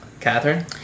Catherine